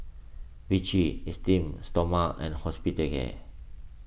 Vichy Esteem Stoma and